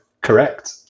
correct